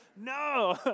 No